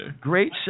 great